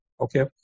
Okay